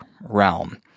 realm